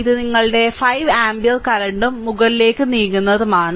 ഇത് നിങ്ങളുടെ 5 ആമ്പിയർ കറന്റും മുകളിലേക്ക് നീങ്ങുന്നതുമാണ്